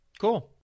Cool